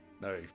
No